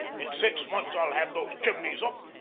in six months i'll have those chimneys up,